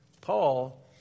Paul